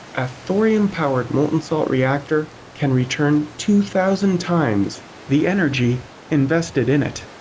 a thorium powered molten salt reactor can return two thousand times the energy invested in it.